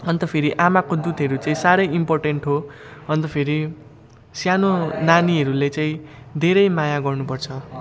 अन्त फेरि आमाको दुधहरू चाहिँ साह्रै इम्पोटेन्ट हो अन्त फेरि सानो नानीहरूले चाहिँ धेरै माया गर्नुपर्छ